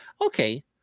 Okay